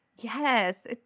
Yes